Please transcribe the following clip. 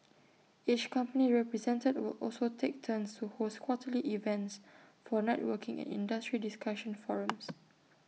each company represented will also take turns to host quarterly events for networking and industry discussion forums